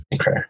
Okay